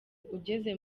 ugeze